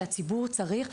שהציבור צריך,